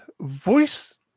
voice